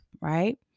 right